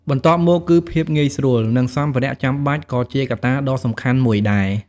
បន្ទាប់មក គឺភាពងាយស្រួល និងសម្ភារៈចាំបាច់ ក៏ជាកត្តាដ៏សំខាន់មួយដែរ។